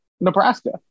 Nebraska